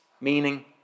meaning